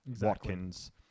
Watkins